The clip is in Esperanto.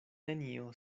nenio